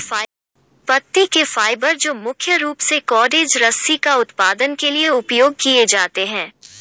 पत्ती के फाइबर जो मुख्य रूप से कॉर्डेज रस्सी का उत्पादन के लिए उपयोग किए जाते हैं